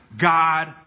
God